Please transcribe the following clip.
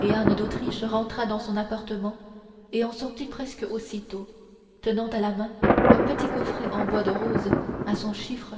anne d'autriche rentra dans son appartement et en sortit presque aussitôt tenant à la main un petit coffret en bois de rose à son chiffre